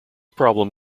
problem